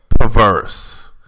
perverse